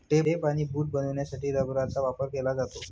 tape आणि boot बनवण्यासाठी रबराचा वापर केला जातो